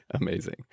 Amazing